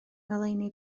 ngoleuni